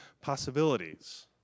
possibilities